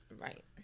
Right